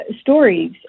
stories